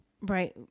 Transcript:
Right